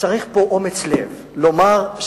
צריך פה אומץ לב לומר,